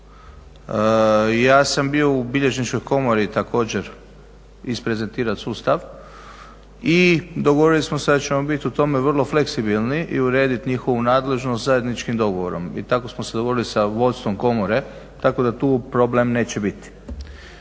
ja sam bio u bilježničkoj komori također izprezentirati sustav i dogovorili smo se da ćemo biti u tome vrlo fleksibilni i urediti njihovu nadležnost zajedničkim dogovorom i tako smo se dogovorili sa vodstvom komore tako da tu problem neće biti.